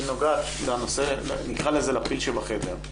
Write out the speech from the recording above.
נקרא לזה לפיד שבחדר.